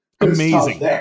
Amazing